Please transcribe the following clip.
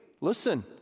listen